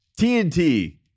TNT